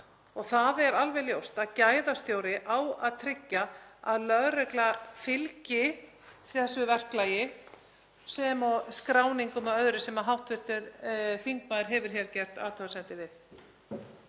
og það er alveg ljóst að gæðastjóri á að tryggja að lögregla fylgi þessu verklagi sem og skráningum og öðru sem hv. þingmaður hefur hér gert athugasemdir við.